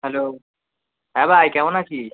hello হ্যাঁ ভাই কেমন আছিস